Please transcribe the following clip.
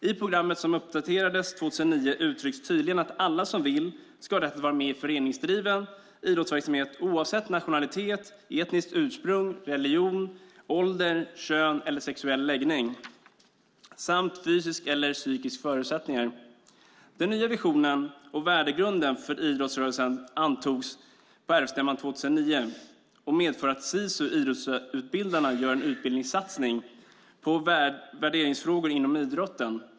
I programmet, som uppdaterades 2009, uttrycks tydligt att alla som vill ska ha rätt att vara med i föreningsdriven idrottsverksamhet oavsett nationalitet, etniskt ursprung, religion, ålder, kön eller sexuell läggning samt oavsett fysiska eller psykiska förutsättningar. Den nya visionen och värdegrunden för idrottsrörelsen antogs på RF-stämman 2009 och medför att Sisu Idrottsutbildarna gör en utbildningssatsning på värderingsfrågor inom idrotten.